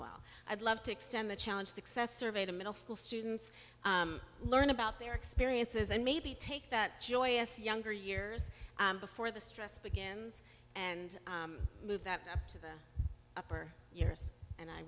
well i'd love to extend the challenge success survey to middle school students learn about their experiences and maybe take that joyous younger years before the stress begins and move that up to the upper years and i